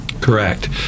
correct